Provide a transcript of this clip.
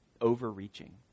overreaching